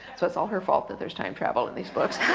so it's all her fault that there's time travel in these books.